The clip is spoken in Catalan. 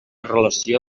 relació